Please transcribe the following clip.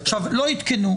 לא עדכנו.